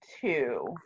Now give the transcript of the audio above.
two